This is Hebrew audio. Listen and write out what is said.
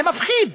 זה מפחיד.